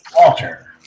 Walter